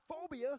phobia